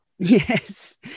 yes